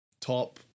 top